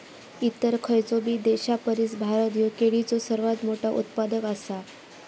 इतर खयचोबी देशापरिस भारत ह्यो केळीचो सर्वात मोठा उत्पादक आसा